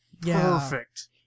perfect